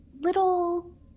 little